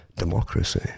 Democracy